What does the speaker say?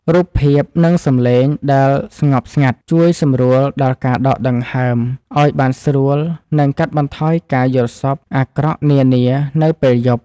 រូបភាពនិងសំឡេងដែលស្ងប់ស្ងាត់ជួយសម្រួលដល់ការដកដង្ហើមឱ្យបានស្រួលនិងកាត់បន្ថយការយល់សប្តិអាក្រក់នានានៅពេលយប់។